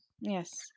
Yes